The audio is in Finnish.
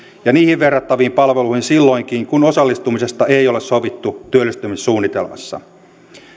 ja niihin verrattaviin palveluihin silloinkin kun osallistumisesta ei ole sovittu työllistymissuunnitelmassa